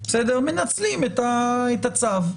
מנצלים את הצו.